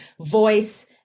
voice